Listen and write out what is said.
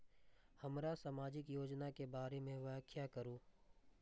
हमरा सामाजिक योजना के बारे में व्याख्या करु?